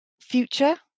future